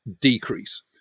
decrease